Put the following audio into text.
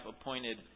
appointed